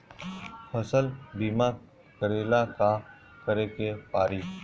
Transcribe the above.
फसल बिमा करेला का करेके पारी?